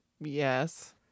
Yes